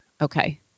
Okay